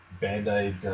Band-Aid